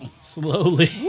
Slowly